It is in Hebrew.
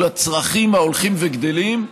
הצרכים ההולכים וגדלים,